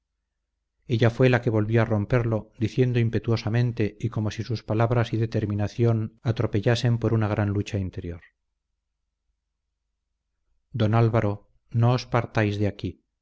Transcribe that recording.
ella fue la que volvió a romperlo diciendo impetuosamente y como si sus palabras y determinación atropellasen por una gran lucha interior don álvaro no os partáis de aquí